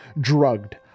drugged